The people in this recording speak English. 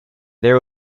there